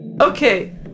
Okay